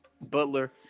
Butler